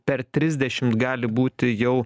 per trisdešimt gali būti jau